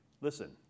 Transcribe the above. Listen